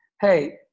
Hey